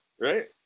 right